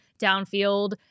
downfield